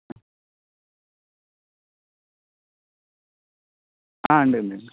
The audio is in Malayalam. ആ ഉണ്ട് ഉണ്ട്